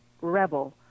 rebel